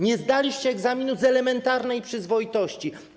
Nie zdaliście egzaminu z elementarnej przyzwoitości.